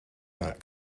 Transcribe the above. not